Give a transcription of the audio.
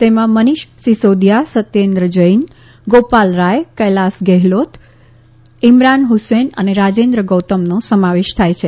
તેમાં મનીષ સિસોદિથા સત્યેન્દ્ર જૈન ગોપાલ રાય કૈલાસ ગેહલોત ઇમરાન હુસેન અને રાજેન્દ્ર ગૌતમ નો સમાવેશ થાય છે